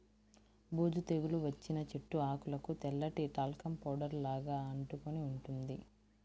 బూజు తెగులు వచ్చిన చెట్టు ఆకులకు తెల్లటి టాల్కమ్ పౌడర్ లాగా అంటుకొని ఉంటుంది